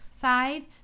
side